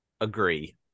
agree